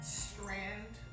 strand